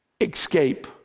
escape